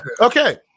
Okay